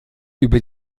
über